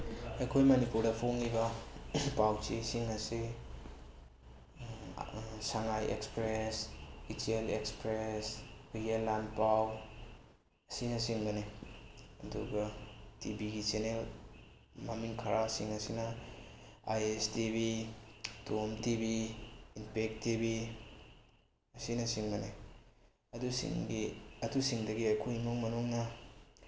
ꯑꯩꯈꯣꯏ ꯃꯅꯤꯄꯨꯔꯗ ꯐꯣꯡꯉꯤꯕ ꯄꯥꯎ ꯆꯦꯁꯤꯡ ꯑꯁꯤ ꯁꯉꯥꯏ ꯑꯦꯛꯁꯄ꯭ꯔꯦꯁ ꯏꯆꯦꯜ ꯑꯦꯛꯁꯄ꯭ꯔꯦꯁ ꯍꯨꯏꯌꯦꯟ ꯂꯥꯟꯄꯥꯎ ꯑꯁꯤꯅꯆꯤꯡꯕꯅꯤ ꯑꯗꯨꯒ ꯇꯤ ꯚꯤ ꯆꯦꯅꯦꯜ ꯃꯃꯤꯡ ꯈꯔꯁꯤꯡ ꯑꯁꯤꯅ I S T V Tom T V impact T V ꯑꯁꯤꯅꯆꯤꯡꯕꯅꯤ ꯑꯗꯨꯁꯤꯡꯗꯒꯤ ꯑꯩꯈꯣꯏ ꯏꯃꯨꯡ ꯃꯅꯨꯡꯅ